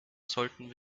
sollten